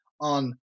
on